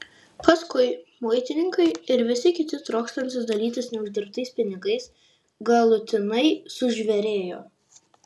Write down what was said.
paskui muitininkai ir visi kiti trokštantys dalytis neuždirbtais pinigais galutinai sužvėrėjo